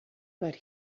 but